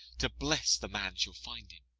to bless the man shall find him.